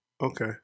Okay